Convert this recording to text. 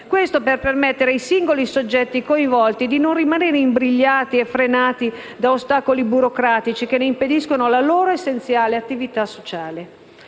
ciò per permettere ai singoli soggetti coinvolti di non rimanere imbrigliati e frenati da ostacoli burocratici che ne impediscono la loro essenziale attività sociale.